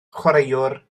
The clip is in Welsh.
chwaraewr